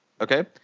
Okay